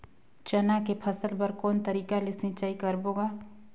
चना के फसल बर कोन तरीका ले सिंचाई करबो गा?